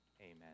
Amen